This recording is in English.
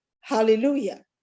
hallelujah